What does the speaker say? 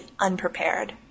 unprepared